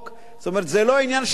זאת אומרת, זה לא עניין של מה בכך.